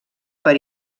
per